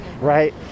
Right